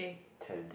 ten